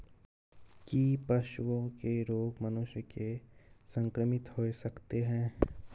की पशुओं के रोग मनुष्य के संक्रमित होय सकते है?